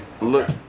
Look